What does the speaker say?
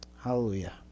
Hallelujah